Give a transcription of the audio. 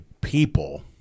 people